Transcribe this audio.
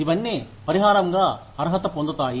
ఇవన్నీ పరిహారంగా అర్హత పొందుతాయి